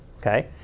Okay